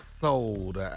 Sold